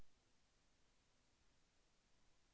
ఏ భీమా ఉత్తమము?